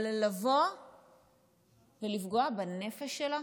אבל לבוא ולפגוע בנפש שלה?